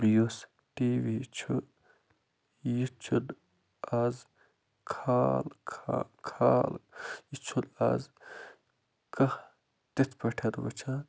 مےٚ یُس T V چھُ یہِ چھُنہٕ آز کھال کھہ خال یہِ چھُنہٕ آز کانٛہہ تِتھ پٲٹھۍ وٕچھان